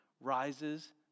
rises